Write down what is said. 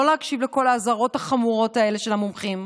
לא להקשיב לכל האזהרות החמורות האלה של המומחים,